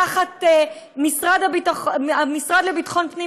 תחת המשרד לביטחון פנים,